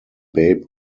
babe